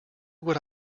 what